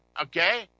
okay